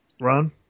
Ron